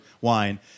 wine